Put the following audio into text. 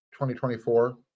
2024